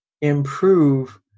improve